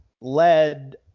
led